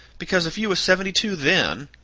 because, if you was seventy-two then,